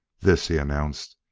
this, he announced,